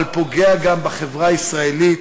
אבל פוגע גם בחברה הישראלית,